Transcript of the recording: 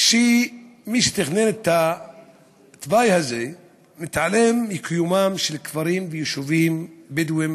מי שתכנן את התוואי הזה מתעלם מקיומם של כפרים ויישובים בדואיים